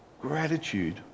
Gratitude